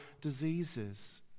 diseases